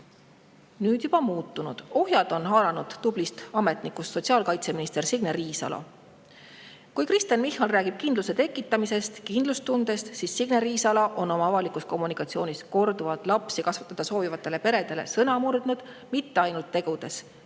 nüüd juba muutunud. Ohjad on haaranud tublist ametnikust sotsiaalkaitseminister Signe Riisalo. Kui Kristen Michal räägib kindluse tekitamisest, kindlustundest, siis Signe Riisalo on oma avalikus kommunikatsioonis korduvalt murdnud lapsi kasvatada soovivatele peredele antud sõna. Ja mitte ainult tegudes,